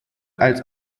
als